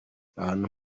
ahantu